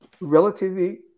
Relatively